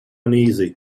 uneasy